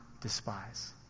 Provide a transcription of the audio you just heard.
despise